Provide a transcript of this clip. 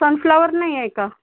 sunflower नाही आहे का